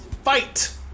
Fight